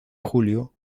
julio